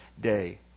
day